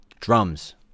drums